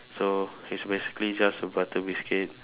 so it's basically just a butter biscuit